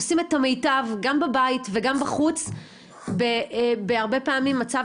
עושים את המיטב גם בבית וגם בחוץ הרבה פעמים במצב